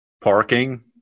parking